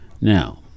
Now